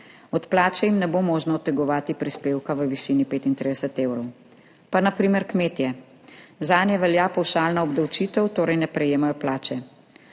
od plače jim ne bo možno odtegovati prispevka v višini 35 evrov. Pa na primer kmetje. Zanje velja pavšalna obdavčitev, torej ne prejemajo plače.